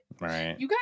right